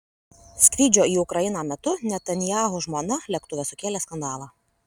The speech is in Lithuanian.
skrydžio į ukrainą metu netanyahu žmona lėktuve sukėlė skandalą